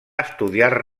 estudiar